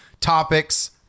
topics